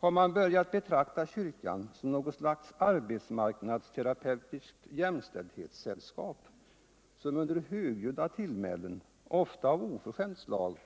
Har man börjat betrakta kyrkan som något slags arbetsmarknadsterapeutiskt jämställdhetssällskap. som under högljudda tillmälen. ofta av oförskämt slag,